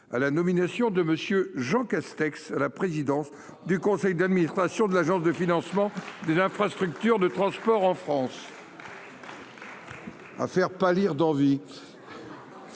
-à la nomination de M. Jean Castex à la présidence du conseil d'administration de l'Agence de financement des infrastructures de transport de France.